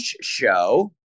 show